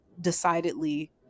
decidedly